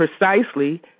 precisely